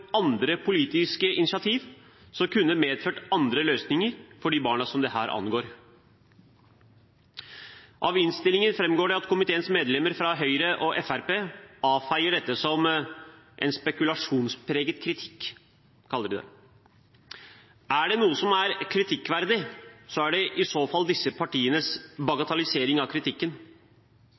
de barna som dette angår. Av innstillingen framgår det at komiteens medlemmer fra Høyre og Fremskrittspartiet avfeier dette som «en spekulasjonspreget kritikk», som de kaller det. Er det noe som er kritikkverdig, så er det i så fall disse partienes bagatellisering av kritikken.